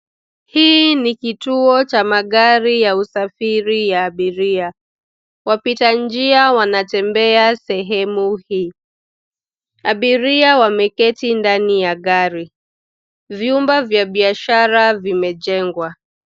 Hii ni kituo cha magari ya usafiri ya abiria. Wapita njia wanatembea sehemu hii. Abiria wameketi ndani ya gari. Vyumba vya biashara vimejengwa.